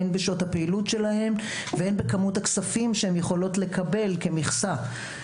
הן בשעות הפעילות שלהן והן בכמות הכספים שהן יכולות לקבל כמכסה.